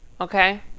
Okay